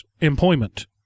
employment